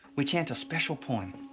we chant a special poem.